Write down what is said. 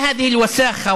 מה זה הלכלוך הזה,